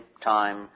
time